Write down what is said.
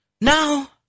now